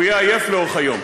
הוא יהיה עייף לאורך היום.